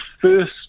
first